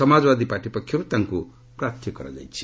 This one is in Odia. ସମାଜବାଦୀ ପାର୍ଟି ପକ୍ଷରୁ ତାଙ୍କୁ ପ୍ରାର୍ଥୀ କରାଯାଇଛି